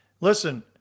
Listen